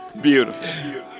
Beautiful